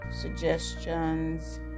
suggestions